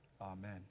Amen